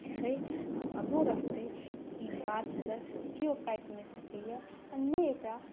छै आओर आगुओ रहतै ई बातसँ केओ काटि नहि सकैए आओर नहि एकरा